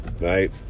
right